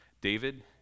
David